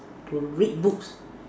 to read books